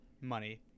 money